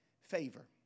favor